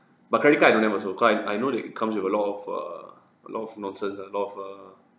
but credit card I don't have also cause I I know that it comes with a lot of err a lot of nonsense lah a lot of err